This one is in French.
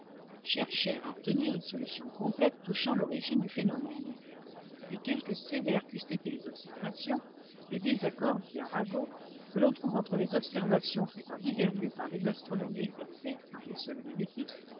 cherchèrent à obtenir une solution complète touchant l'origine du phénomène mais quelque sévères qu'eussent été les observations le désaccord dit arago que l'on trouve entre les observations faites en divers lieux par des astronomes exercés dans une seule et même éclipse